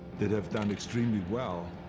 that have done extremely well,